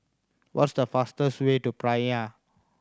what's the fastest way to Praia